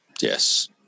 Yes